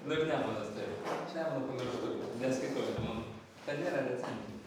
dar nemunas taip aš nemuną pamirštu neskaitau nemuno ten nėra recenzijų